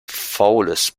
faules